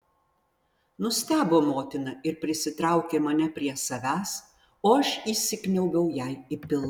nustebo motina ir prisitraukė mane prie savęs o aš įsikniaubiau jai į pilvą